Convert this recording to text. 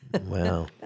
Wow